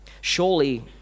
Surely